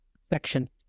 section